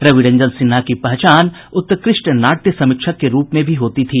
रविरंजन सिन्हा की पहचान उत्कृष्ट नाट्य समीक्षक के रूप में भी होती थी